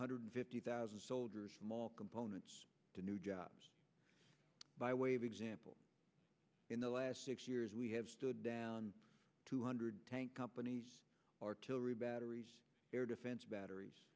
hundred fifty thousand soldiers small components to new jobs by way of example in the last six years we have stood down two hundred tank companies artillery batteries air defense batteries